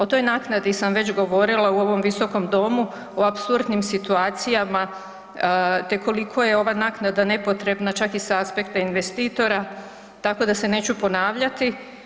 O toj naknadi sam već govorila u ovom Visokom domu o apsurdnim situacijama te koliko je ova naknada nepotrebna čak i sa aspekta investitora tako da se neću ponavljati.